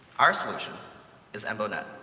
our solution is embonet.